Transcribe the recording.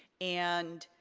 and,